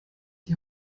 die